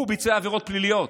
הוא ביצע עבירות פליליות.